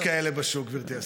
יש כאלה בשוק, גברתי השרה.